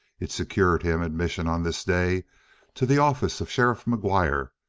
it secured him admission on this day to the office of sheriff mcguire,